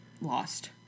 lost